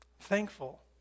thankful